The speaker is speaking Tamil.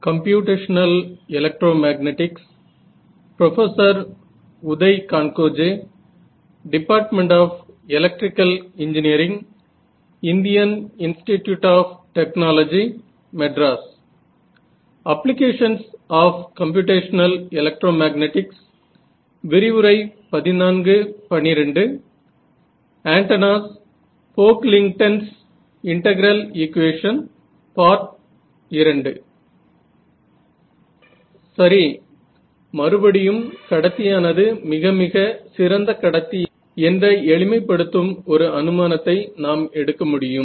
சரி மறுபடியும் கடத்தியானது மிக மிக சிறந்த கடத்தி என்ற எளிமைப்படுத்தும் ஒரு அனுமானத்தை நாம் எடுக்க முடியும்